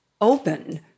open